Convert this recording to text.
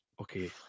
Okay